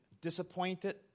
disappointed